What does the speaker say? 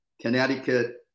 Connecticut